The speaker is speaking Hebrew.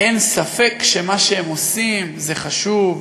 אין ספק שמה שהם עושים זה חשוב,